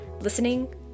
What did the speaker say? listening